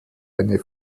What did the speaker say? eine